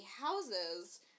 houses